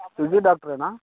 Suji డాక్టరేనా